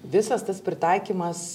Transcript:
visas tas pritaikymas